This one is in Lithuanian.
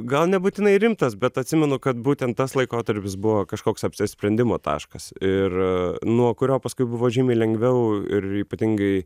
gal nebūtinai rimtas bet atsimenu kad būtent tas laikotarpis buvo kažkoks apsisprendimo taškas ir nuo kurio paskui buvo žymiai lengviau ir ypatingai